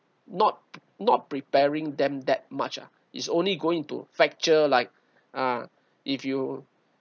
not not preparing them that much ah it's only going to fracture like uh if you